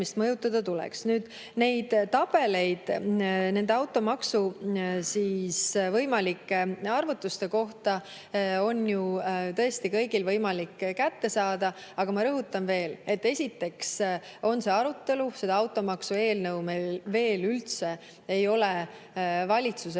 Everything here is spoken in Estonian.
mõjutada tuleks. Neid tabeleid automaksu võimalike arvutuste kohta on ju tõesti kõigil võimalik kätte saada, aga ma rõhutan veel, et see on [alles] arutelu. See automaksu eelnõu meil veel üldse ei ole valitsuses